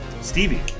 Stevie